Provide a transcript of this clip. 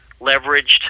leveraged